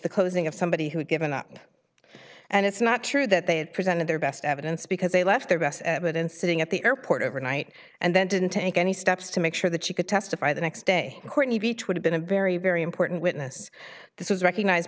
the closing of somebody who had given up and it's not true that they had presented their best evidence because they left their best evidence sitting at the airport overnight and then didn't take any steps to make sure that she could testify the next day courtney beach would have been a very very important witness this was recognized